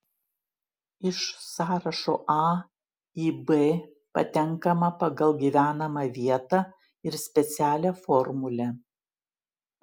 iš sąrašo a į b patenkama pagal gyvenamą vietą ir specialią formulę